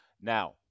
now